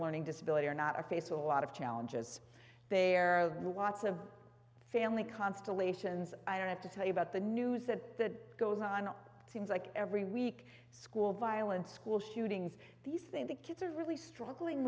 learning disability are not a face a lot of challenges there are lots of family constellations i don't have to tell you about the news that goes on seems like every week school violence school shootings these think the kids are really struggling